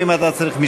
אם אתה צריך,